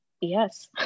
Yes